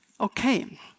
Okay